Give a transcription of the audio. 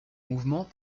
mouvement